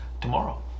tomorrow